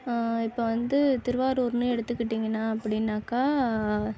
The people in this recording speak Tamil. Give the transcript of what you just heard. இப்போ வந்து திருவாரூர்னு எடுத்துகிட்டிங்கன்னால் அப்படின்னாக்கா